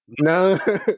No